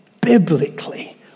biblically